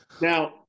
now